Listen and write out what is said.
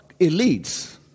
elites